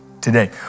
today